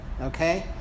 okay